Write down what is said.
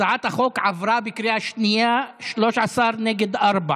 הצעת החוק עברה בקריאה שנייה, 13 נגד ארבעה,